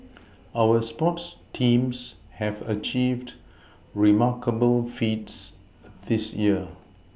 our sports teams have achieved remarkable feats this year